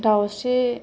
दाउस्रि